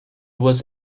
was